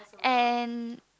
and